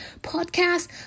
podcast